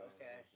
Okay